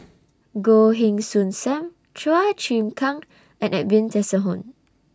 Goh Heng Soon SAM Chua Chim Kang and Edwin Tessensohn